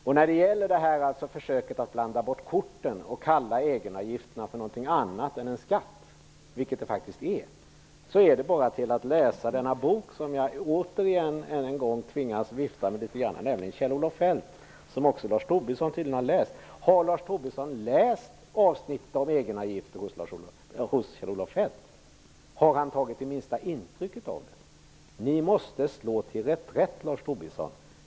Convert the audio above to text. Vad gäller försöket att blanda bort korten genom att kalla EG-avgifterna för något annat än en skatt, vilket de faktiskt är, vill jag bara hänvisa till Kjell Olof Feldts bok, som jag nu återigen tvingas vifta med. Också Lars Tobisson har tydligen läst den. Men har Lars Tobisson läst avsnittet om egenavgifter i Kjell-Olof Feldts bok, och har han tagit minsta intryck av det? Ni måste slå till reträtt, Lars Tobisson!